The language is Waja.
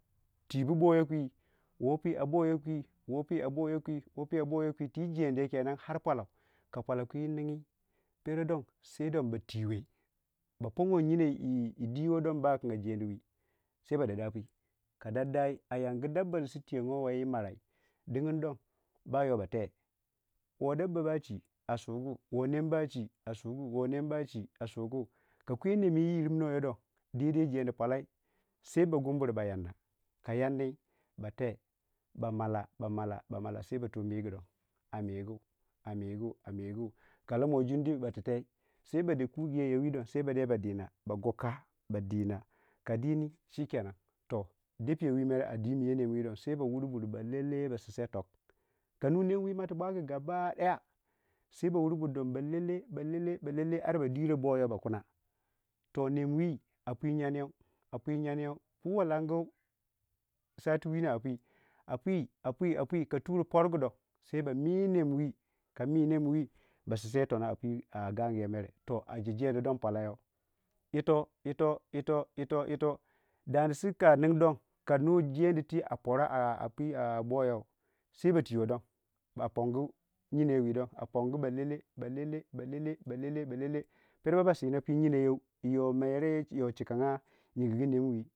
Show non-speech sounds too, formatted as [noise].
Twii bu boyo kwii woo pu a boyo kwii woo pu a boyokwii wou pu a boyokwii twii jediyei kenan ar palau, ka palau kwii ningi peradon sai don ba twii we ba punwe yino wu diiwo don bayinga jediwii ba bandai pu ka dandai a yangu dabba ni su twiigowai yi marau dingindon bayo bate woo dabba ba chii woo nem ba chii a sugu, woo nem ba chii a sugu ka kwei nem woo yirmirweiyo don jedi palai sai ba gumburi ba yanna ka yanni bate ba malla balla balla sai ba tu migu don a migu, a migu amigu ka lamuwai jumduyei ba tintai sai kugiya ba dina ba goka ka dini shikenen toh sai yo wii a diman yo nem wii sai yo wii a diman yo nem wii sai ba wur bur balele, ba sinsai tok ka nu nem wii mata bogu gabadaya sai ba wur bur don balele balele balelel ara ba diro boyou ba kuna to nem wii a pu jan niyou a pu janmiyou pu wai langu sati wii no a pu apu, apu apu ka turi purgu don sai don ba mi nem wii ka mi nem wii ba simsai yii tono a gaguwou mere to a jojedu don palo yau yiito, yiito, yiito, yiito, dadisi ka nin don ka nu jedi twii a pora a pu a boyou [unintelligible] sai ba twii we don a pungu yinayau wii don a pungu balelel balele, balele, balele pera ba basina pu yinyo wu yo chikaga.